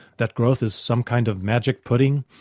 that growth is some kind of magic pudding,